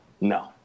No